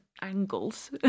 angles